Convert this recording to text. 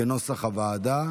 כנוסח הוועדה,